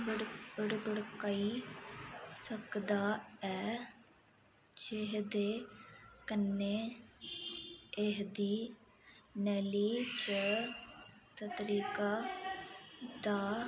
भड़काई सकदा ऐ जेह्दे कन्नै एह्दी नली च तंत्रिका दा